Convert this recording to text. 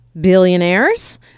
billionaires